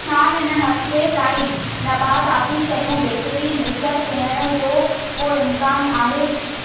छा हिन हफ़्ते ताईं नबाताती शयूं बेकरी मुयसरु थियण जो को इम्कानु आहे